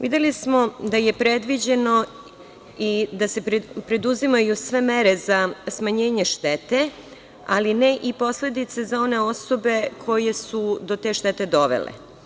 Videli smo da je predviđeno i da se preduzimaju sve mere za smanjenje štete, ali ne i posledice za one osobe koje su do te štete dovele.